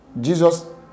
Jesus